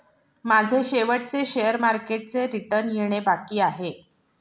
माझे शेवटचे शेअर मार्केटचे रिटर्न येणे बाकी आहे